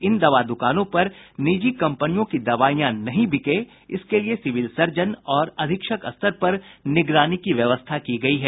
इन दवा दुकानों पर निजी कंपनियों की दवाइयाँ नहीं बिके इसके लिये सिविल सर्जन और अधीक्षक स्तर पर निगरानी की व्यवस्था की गयी है